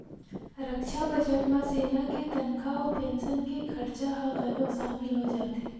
रक्छा बजट म सेना के तनखा अउ पेंसन के खरचा ह घलोक सामिल हो जाथे